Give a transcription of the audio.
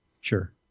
Sure